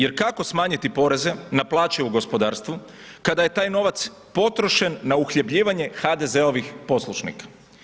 Jer kako stvoriti poreze na plaće u gospodarstvu, kada je taj novac, potrošen na uhljebljivanje HDZ-ovih poslušnika.